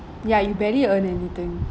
ya you barely earn anything